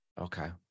okay